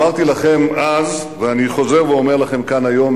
אמרתי לכם אז ואני חוזר ואומר לכם כאן היום,